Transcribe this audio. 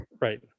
right